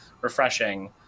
refreshing